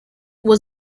was